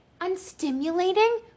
Unstimulating